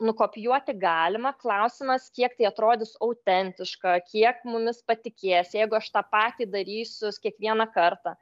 nukopijuoti galima klausimas kiek tai atrodys autentiška kiek mumis patikės jeigu aš tą patį darysius kiekvieną kartą